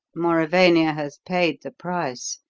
mauravania has paid the price.